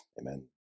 amen